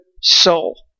soul